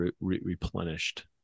replenished